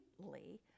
completely